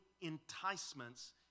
enticements